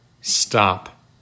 Stop